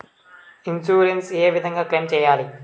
Insurance ఏ విధంగా claim సేయాలి?